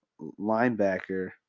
linebacker